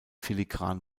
filigran